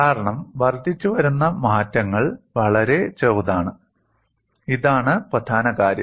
കാരണം വർദ്ധിച്ചുവരുന്ന മാറ്റങ്ങൾ വളരെ ചെറുതാണ് ഇതാണ് പ്രധാന കാര്യം